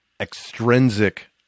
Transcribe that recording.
extrinsic